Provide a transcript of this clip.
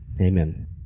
Amen